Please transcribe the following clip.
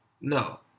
no